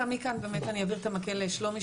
מכאן באמת אני אעביר את המקל לשלומי